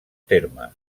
terme